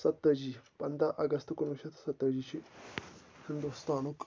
سَتتٲجی پنٛداہ اَگست کُنوُہ شیٚتھ سَتتٲجی چھِ ہِندوستانُک